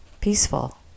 peaceful